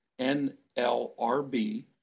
NLRB